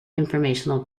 informational